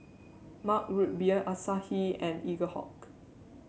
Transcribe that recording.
Mug Root Beer Asahi and Eaglehawk